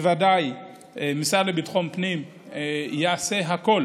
בוודאי המשרד לביטחון הפנים יעשה הכול